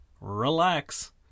relax